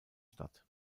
statt